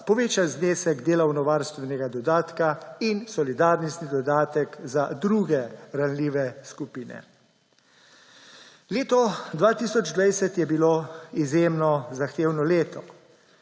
povečan znesek delovnovarstvenega dodatka in solidarnostni dodatek za druge ranljive skupine. Leto 2020 je bilo izjemno zahtevno leto.